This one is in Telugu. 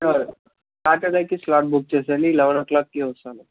సాటర్డేకి స్లాట్ బుక్ చేసేయండి ఎలెవన్ ఓ క్లాక్కి వస్తాను